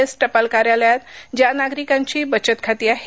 S टपाल कार्यालयात ज्या नागरिकांची बचत खाती आहेत